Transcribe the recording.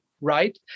Right